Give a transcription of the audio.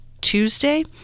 Tuesday